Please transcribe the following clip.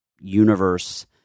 Universe